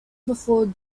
before